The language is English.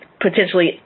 potentially